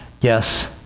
Yes